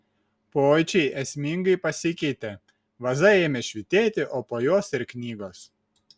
pojūčiai esmingai pasikeitė vaza ėmė švytėti o po jos ir knygos